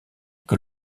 que